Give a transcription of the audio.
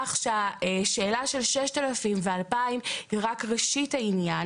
לפיכך השאלה של 6,000 ו-2,000 היא רק ראשית העניין,